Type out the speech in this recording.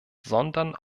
sondern